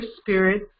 spirit